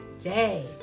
day